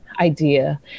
idea